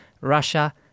Russia